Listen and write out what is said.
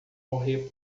morrer